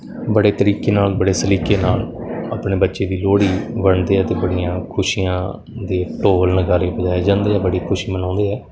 ਬੜੇ ਤਰੀਕੇ ਨਾਲ ਬੜੇ ਸਲੀਕੇ ਨਾਲ ਆਪਣੇ ਬੱਚੇ ਦੀ ਲੋਹੜੀ ਵੰਡਦੇ ਆ ਅਤੇ ਬੜੀਆਂ ਖੁਸ਼ੀਆਂ ਦੇ ਢੋਲ ਨਗਾਰੇ ਬਜਾਏ ਜਾਂਦੇ ਆ ਬੜੀ ਖੁਸ਼ੀ ਮਨਾਉਂਦੇ ਆ